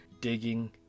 digging